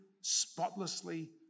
spotlessly